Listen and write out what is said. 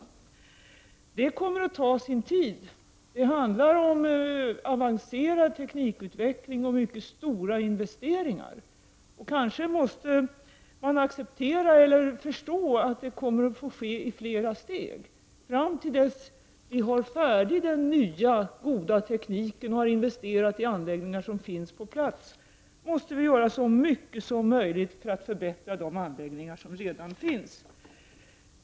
Det i sin tur kommer att ta sin tid, eftersom det handlar om avancerad teknikutveckling och mycket stora investeringar. Kanske måste man acceptera, och förstå, att det måste få ske i flera steg. Fram till dess vi har en ny, god teknik färdig och har investerat i anläggningar som finns på plats, måste vi göra så mycket som möjligt för att förbättra de anläggningar som redan finns.